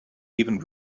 even